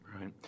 Right